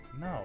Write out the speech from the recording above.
No